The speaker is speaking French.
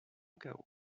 cao